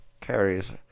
carries